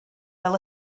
fel